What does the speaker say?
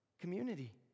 community